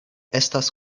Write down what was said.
estas